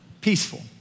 peaceful